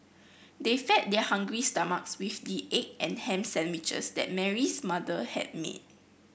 they fed their hungry stomachs with the egg and ham sandwiches that Mary's mother had made